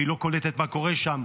והיא לא קולטת מה קורה שם,